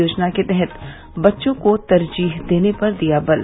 योजना के तहत बच्चों को तरजीह देने पर दिया बल